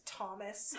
Thomas